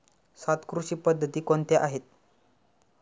सात कृषी पद्धती कोणत्या आहेत?